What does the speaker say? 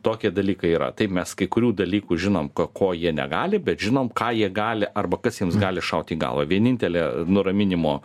tokie dalykai yra taip mes kai kurių dalykų žinom ka ko jie negali bet žinom ką jie gali arba kas jiems gali šaut į galvą vienintelė nuraminimo